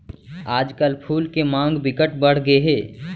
आजकल फूल के मांग बिकट बड़ गे हे